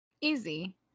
Easy